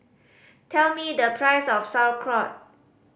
tell me the price of Sauerkraut